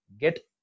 get